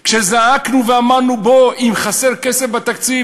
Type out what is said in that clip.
כשזעקנו ואמרנו: אם חסר כסף בתקציב,